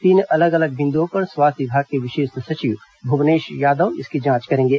तीन अलग अलग बिंदुओं पर स्वास्थ्य विभाग के विशेष सचिव भुवनेश यादव इसकी जांच करेंगे